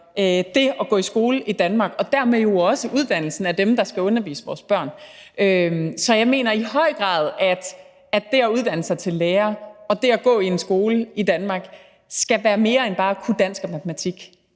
det at gå i skole i Danmark og dermed jo også uddannelsen af dem, der skal undervise vores børn. Så jeg mener i høj grad, at det at uddanne sig til lærer og det at gå i en skole i Danmark skal være mere end bare at kunne dansk og matematik.